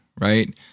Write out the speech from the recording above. right